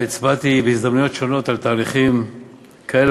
והצבעתי בהזדמנויות שונות על תהליכים כאלו